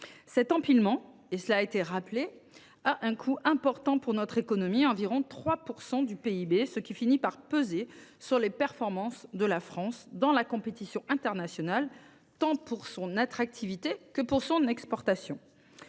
Cet empilement, et cela a été rappelé, a un coût élevé pour notre économie, de l’ordre de 3 % du PIB, ce qui finit par peser sur les performances de la France dans la compétition internationale, tant sur son attractivité que sur ses exportations.